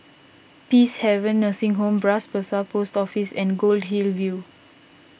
Peacehaven Nursing Home Bras Basah Post Office and Goldhill View